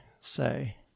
say